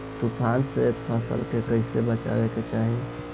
तुफान से फसल के कइसे बचावे के चाहीं?